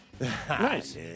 Nice